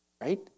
Right